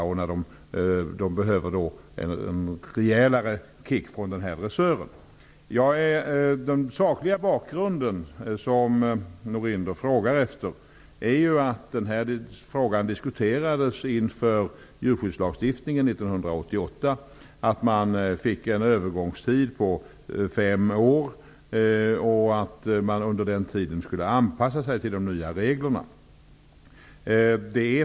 Korna måste då få en rejälare kick av dressören. Patrik Norinder frågade efter den sakliga bakgrunden. Den här frågan diskuterades inför djurskyddslagstiftningen 1988. Man fick en övergångstid på fem år. Under den tiden skulle man anpassa sig till de nya reglerna.